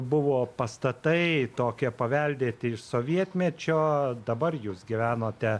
buvo pastatai tokie paveldėti iš sovietmečio o dabar jūs gyvenote